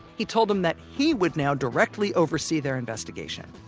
he told them that he would now directly oversee their investigation.